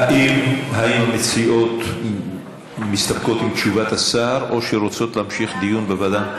האם המציעות מסתפקות בתשובת השר או רוצות להמשיך דיון בוועדה?